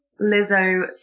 Lizzo